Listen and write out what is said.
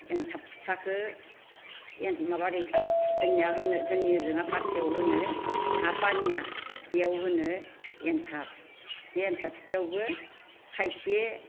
एनथाब फिथाखौ ममाबा ओरै जोंनि जोङा फाथियाव होनो हाफानिया बेयाव होनो एनथाब एनथाब फिथायावबो खायसे